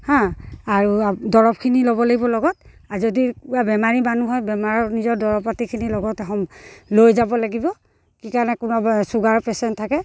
হাঁ আৰু দৰৱখিনি ল'ব লাগিব লগত আৰু যদি কিবা বেমাৰী মানুহ হয় বেমাৰৰ নিজৰ দৰৱ পাতিখিনি লগত লৈ যাব লাগিব কি কাৰণে কোনোবা চুগাৰ পেচেণ্ট থাকে